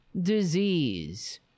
disease